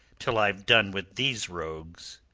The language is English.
till i've done with these rogues.